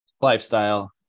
Lifestyle